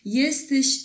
jesteś